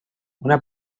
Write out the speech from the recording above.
una